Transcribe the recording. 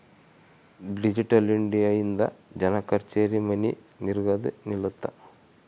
digital India ಇಂದ ಜನ ಕಛೇರಿ ಮನಿ ತಿರ್ಗದು ನಿಲ್ಲುತ್ತ